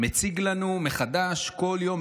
מציג לנו מחדש כל יום,